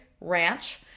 Ranch